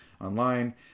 online